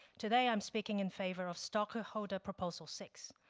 today i'm speaking in favor of stockholder proposal six.